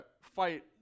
fight